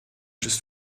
just